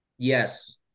Yes